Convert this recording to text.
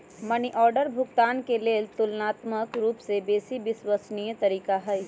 money order भुगतान के लेल ततुलनात्मक रूपसे बेशी विश्वसनीय तरीका हइ